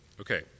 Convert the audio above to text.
Okay